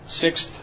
Sixth